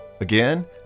Again